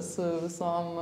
su visom